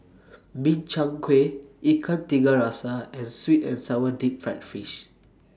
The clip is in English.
Min Chiang Kueh Ikan Tiga Rasa and Sweet and Sour Deep Fried Fish